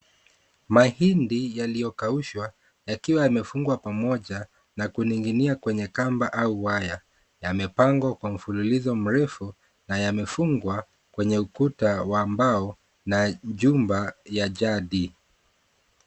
Mahindi yaliyokaushwa yakiwa yamefungwa pamoja na kuning'inia kwenye kamba au waya. Yamepangwa kwa mfululizo mrefu na yamefungwa kwenye ukuta wa mbao na jumba ya jadi.